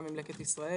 גם עם לקט ישראל.